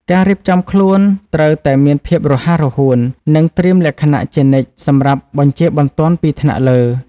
ការរៀបចំខ្លួនត្រូវតែមានភាពរហ័សរហួន និងត្រៀមលក្ខណៈជានិច្ចសម្រាប់បញ្ជាបន្ទាន់ពីថ្នាក់លើ។